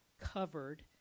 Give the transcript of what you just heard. covered